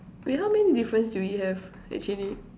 wait how many difference do we have actually